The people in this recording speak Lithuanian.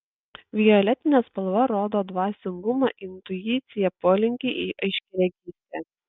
violetinė spalva rodo dvasingumą intuiciją polinkį į aiškiaregystę